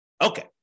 Okay